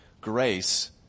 grace